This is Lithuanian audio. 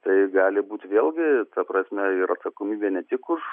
tai gali būti vėlgi ta prasme ir atsakomybė ne tik už